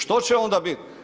Što će onda biti?